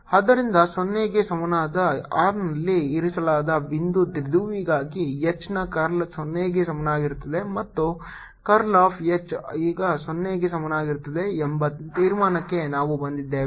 ಆದ್ದರಿಂದ 0 ಗೆ ಸಮಾನವಾದ r ನಲ್ಲಿ ಇರಿಸಲಾದ ಬಿಂದು ದ್ವಿಧ್ರುವಿಗಾಗಿ H ನ ಕರ್ಲ್ 0 ಗೆ ಸಮಾನವಾಗಿರುತ್ತದೆ ಮತ್ತು ಕರ್ಲ್ ಆಫ್ H ಈಗ 0 ಗೆ ಸಮಾನವಾಗಿರುತ್ತದೆ ಎಂಬ ತೀರ್ಮಾನಕ್ಕೆ ನಾವು ಬಂದಿದ್ದೇವೆ